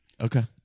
Okay